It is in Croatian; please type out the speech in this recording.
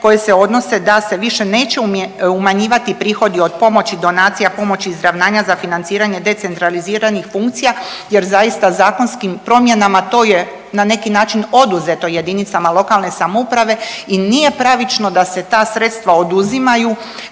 koje se odnose da se više neće umanjivati prihodi od pomoći donacija, pomoći izravnanja za financiranje decentraliziranih funkcija jer zaista zakonskim promjenama to je na neki način oduzeto JLS i nije pravično da se ta sredstva oduzimaju